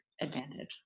advantage